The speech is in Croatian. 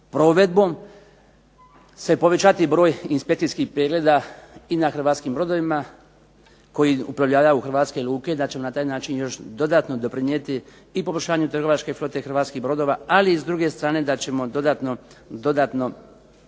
provedbom se povećati broj inspekcijskih pregleda i na hrvatskim brodovima koji uplovljavaju u hrvatske luke i da će na taj način još dodatno doprinijeti i poboljšanju trgovačke flote hrvatskih brodova, ali i s druge strane da ćemo dodatno doprinijeti